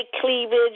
cleavage